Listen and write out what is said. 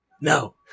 No